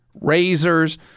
Razors